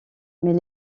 mais